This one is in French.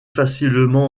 facilement